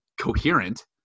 coherent